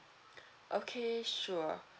okay sure